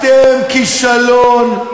אתם כישלון.